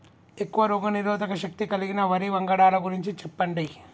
ఎక్కువ రోగనిరోధక శక్తి కలిగిన వరి వంగడాల గురించి చెప్పండి?